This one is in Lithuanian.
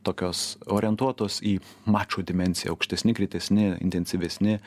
tokios orientuotos į mačo dimensiją aukštesni greitesni intensyvesni